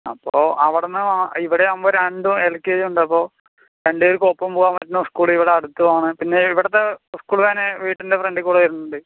അപ്പോൾ അവിടുന്ന് ഇവിടെയാകുമ്പോൾ എൽകെജിയുമുണ്ട് അപ്പോൾ രണ്ടുപേർക്കും ഒപ്പം പോകാൻ പറ്റുന്ന സ്കൂളിവിടെ അടുത്തുമാണ് പിന്നെ ഇവിടുത്തെ സ്കൂൾ വാൻ വീട്ടിൻ്റെ ഫ്രണ്ടിൽക്കൂടെ വരുന്നുണ്ട്